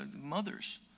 mothers